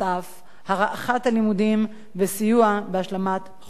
הארכת הלימודים וסיוע בהשלמת חומר הלימודים.